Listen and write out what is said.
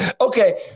Okay